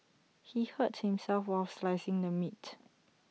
he hurt himself while slicing the meat